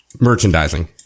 Merchandising